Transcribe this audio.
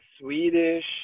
Swedish